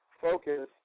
focus